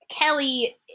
Kelly